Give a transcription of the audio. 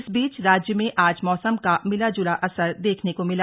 इस बीच राज्य में आज मौसम का मिला जुला असर देखने को मिला